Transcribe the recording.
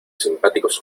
simpáticos